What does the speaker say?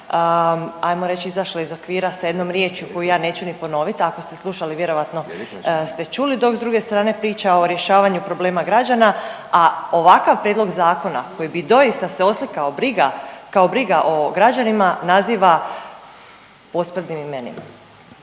ajmo reć izašla iz okvira s jednom riječju koju ja neću ni ponovit, ako ste slušali vjerovatno ste čuli dok s druge strane priča o rješavanju problema građana, a ovakav prijedlog zakona koji bi doista se oslikao kao briga o građanima naziva posprdnim imenima.